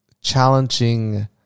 challenging